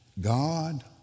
God